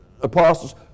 apostles